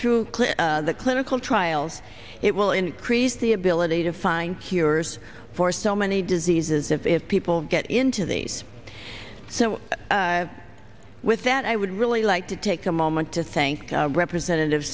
through the clinical trials it will increase the ability to find cures for so many diseases if people get into these so with that i would really like to take a moment to thank representative